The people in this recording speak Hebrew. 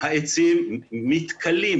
העצים מתכלים.